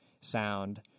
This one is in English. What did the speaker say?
sound